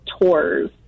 tours